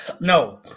No